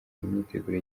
myiteguro